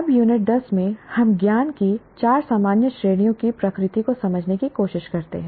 अब यूनिट 10 में हम ज्ञान की चार सामान्य श्रेणियों की प्रकृति को समझने की कोशिश करते हैं